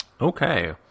Okay